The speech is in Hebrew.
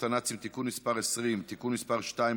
הנאצים (תיקון מס' 20) (תיקון מס' 2),